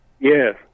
Yes